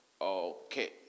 Okay